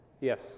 Yes